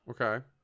Okay